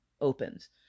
opens